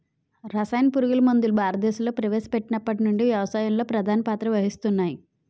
రసాయన పురుగుమందులు భారతదేశంలో ప్రవేశపెట్టినప్పటి నుండి వ్యవసాయంలో ప్రధాన పాత్ర వహిస్తున్నాయి